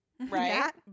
right